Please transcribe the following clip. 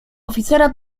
oficera